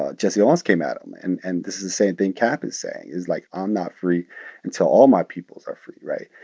ah jesse owens came at him. and and this is the same thing kaep is saying is like, i'm not free until all my peoples are free, right?